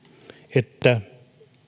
että